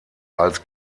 als